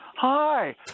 Hi